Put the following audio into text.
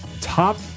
top